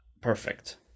perfect